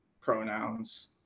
pronouns